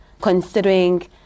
Considering